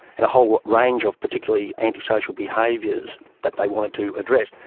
and a whole range of particularly antisocial behaviours that they wanted to address.